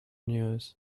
news